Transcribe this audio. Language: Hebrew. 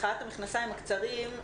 מחאת המכנסיים הקצרים,